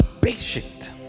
patient